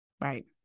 Right